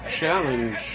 challenge